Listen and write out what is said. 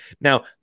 Now